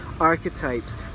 archetypes